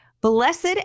Blessed